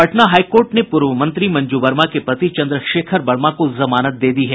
Patna high court ने पूर्व मंत्री मंजू वर्मा के पति चंद्रशेखर वर्मा को जमानत दे दी है